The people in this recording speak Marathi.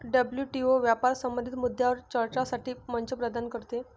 डब्ल्यू.टी.ओ व्यापार संबंधित मुद्द्यांवर चर्चेसाठी मंच प्रदान करते